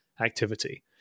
activity